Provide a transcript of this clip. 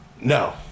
No